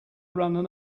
run